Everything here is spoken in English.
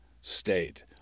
state